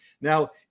Now